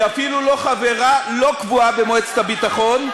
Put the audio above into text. היא אפילו לא חברה לא קבועה במועצת הביטחון.